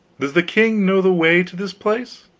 does the king know the way to this place?